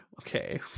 Okay